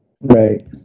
Right